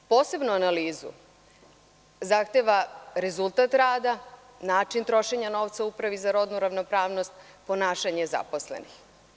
Posebnu analizu zahteva rezultat rada, način trošenja novca u Upravi za rodnu ravnopravnost, ponašanje zaposlenih.